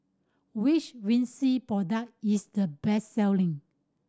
which Vichy product is the best selling